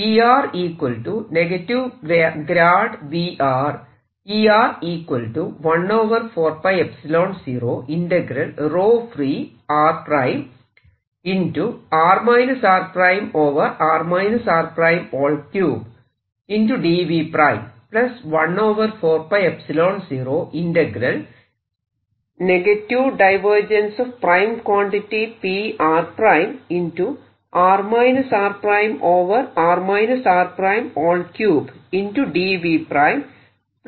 ഇതിനെ വീണ്ടും മാറ്റിയെഴുതാവുന്നതാണ്